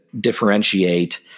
differentiate